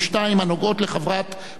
הנוגעות לחברת "הוט,